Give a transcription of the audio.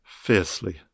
Fiercely